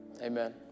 Amen